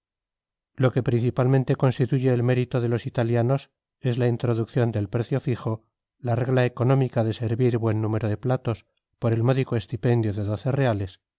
lo que principalmente constituye el mérito de los italianos es la introducción del precio fijo la regla económica de servir buen número de platos por el módico estipendio de doce reales